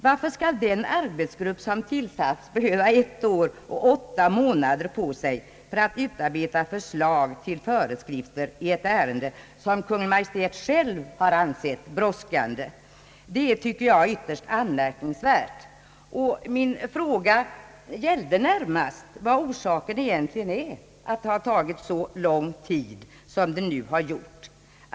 Varför skall den arbetsgrupp som tillsatts behöva ett år och åtta månader på sig för att utarbeta förslag till föreskrifter i ett ärende som Kungl. Maj:t själv har ansett brådskande? Det tycker jag är ytterst anmärkningsvärt, och min fråga gällde närmast vad orsaken egentligen är till att det tagit så lång tid som det nu gjort.